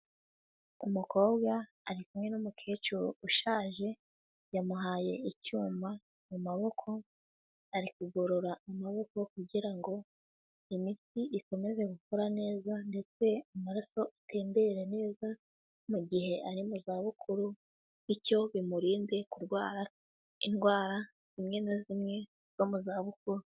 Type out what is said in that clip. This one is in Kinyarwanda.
Umukobwa ari kumwe n'umukecuru ushaje, yamuhaye icyuma mu maboko ari kugorora amaboko kugira ngo imiti ikomeze gukora neza ndetse amaraso atembere neza mu gihe ari mu zabukuru bityo bimurinde kurwara indwara zimwe na zimwe zo mu zabukuru.